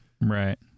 Right